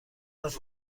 حرف